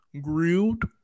Grilled